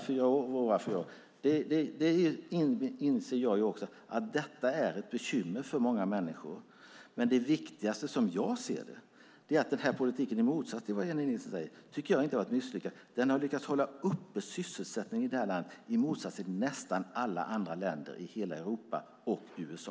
Jag inser också att detta är ett bekymmer för många människor. Men det viktigaste som jag ser det är att den här politiken inte har varit misslyckad, i motsats till vad Jennie Nilsson säger. Den har lyckats hålla uppe sysselsättningen i det här landet i motsats till nästan alla andra länder i hela Europa samt USA.